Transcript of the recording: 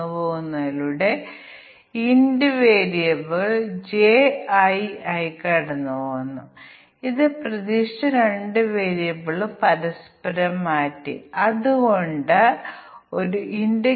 നമുക്ക് n input മൂല്യങ്ങൾ ഉണ്ടായിരിക്കാം n 40 അല്ലെങ്കിൽ 50 ആയിരിക്കാം അതിൽ നിന്ന് ചില നിർദ്ദിഷ്ട മൂല്യങ്ങൾ 1 0 1 ഉള്ളപ്പോൾ 3 ഇൻപുട്ട് മൂല്യങ്ങൾ മാത്രം പറയട്ടെ പ്രശ്നം സംഭവിക്കുന്നു